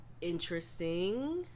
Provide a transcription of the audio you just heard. interesting